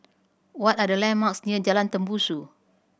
what are the landmarks near Jalan Tembusu